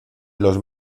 los